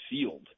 sealed